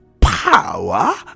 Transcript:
power